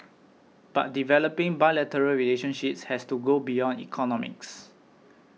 but developing bilateral relationships has to go beyond economics